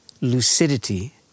lucidity